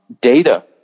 Data